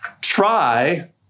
try